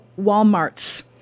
Walmarts